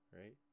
right